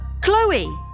Chloe